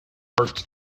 arts